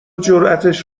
جراتش